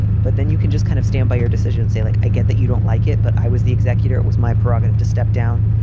but then you can just kind of stand by your say, like, i get that you don't like it, but i was the executor. it was my prerogative to step down.